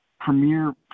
premier